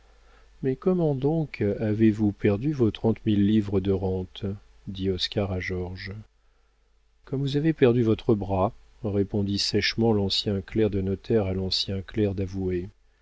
mais comment donc avez-vous perdu vos trente mille livres de rentes dit oscar à georges comme vous avez perdu votre bras répondit sèchement l'ancien clerc de notaire à l'ancien clerc d'avoué